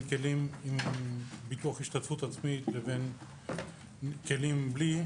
כלים עם ביטוח השתתפות עצמית לכלים בלי,